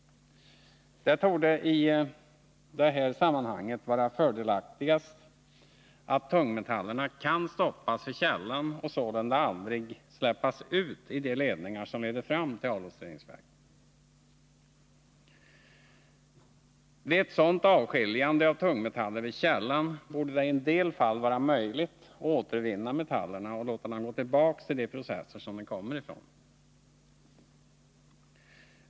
Det torde i detta sammanhang vara fördelaktigast om tungmetallerna kan stoppas vid källan och sålunda aldrig släpps ut i de ledningar som leder fram till avloppsreningsverken. Med ett sådant avskiljande av tungmetaller vid källan borde det i en del fall vara möjligt att återvinna metallerna och låta dem gå tillbaka till de processer de kommit ifrån.